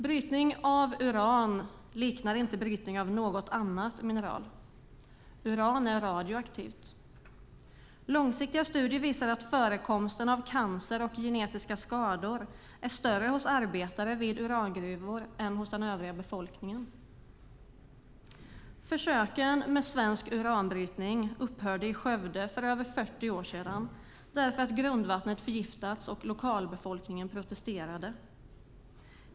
Brytning av uran liknar inte brytning av något annat mineral. Uran är radioaktivt. Långsiktiga studier visar att förekomsten av cancer och genetiska skador är större hos arbetare vid urangruvor än hos den övriga befolkningen. Försöken med svensk uranbrytning upphörde i Skövde för över 40 år sedan därför att grundvattnet förgiftats, och lokalbefolkningen protesterade.